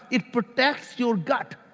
it protects your gut,